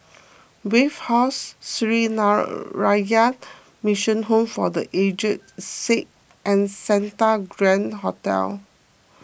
Wave House Sree Mission Home for the Aged Sick and Santa Grand Hotel